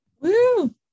Woo